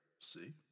See